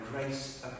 grace